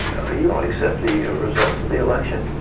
you and accept the ah results of the election?